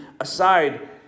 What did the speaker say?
aside